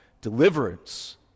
deliverance